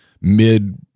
mid